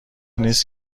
نیست